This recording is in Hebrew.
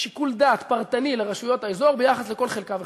שיקול דעת פרטני לרשויות האזור ביחס לכל חלקה וחלקה.